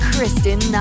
Kristen